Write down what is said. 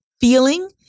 feeling